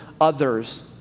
others